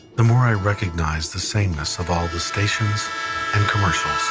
the more i recognized the sameness of all the stations and commercials.